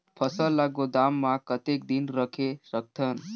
फसल ला गोदाम मां कतेक दिन रखे सकथन?